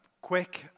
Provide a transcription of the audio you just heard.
quick